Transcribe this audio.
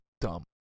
dumb